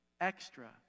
extra